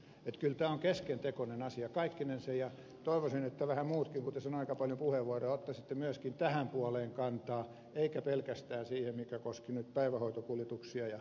että kyllä tämä on keskentekoinen asia kaikkinensa ja toivoisin että vähän muutkin kun tässä on aika paljon puheenvuoroja ottaisitte myöskin tähän puoleen kantaa ettekä pelkästään siihen mikä koski nyt päivähoitokuljetuksia ja koulukuljetuksia